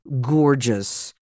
gorgeous